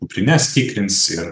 kuprines tikrins